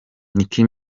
nicki